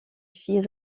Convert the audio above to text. fit